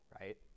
right